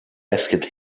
asked